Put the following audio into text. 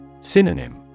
Synonym